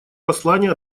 послание